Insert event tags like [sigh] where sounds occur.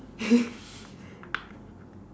[laughs]